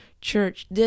church